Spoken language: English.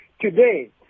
Today